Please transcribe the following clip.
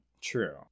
True